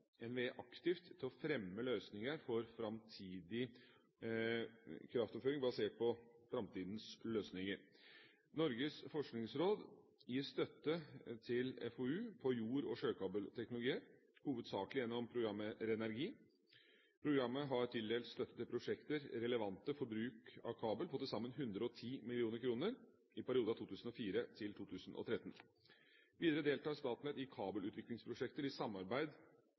aktivt til å fremme løsninger for framtidig kraftoverføring basert på framtidens løsninger. Norges forskningsråd gir støtte til FoU på jord- og sjøkabelteknologier, hovedsakelig gjennom programmet RENERGI. Programmet har tildelt støtte til prosjekter relevante for bruk av kabel på til sammen 110 mill. kr i perioden 2004–2013. Videre deltar Statnett i kabelutviklingsprosjekter i samarbeid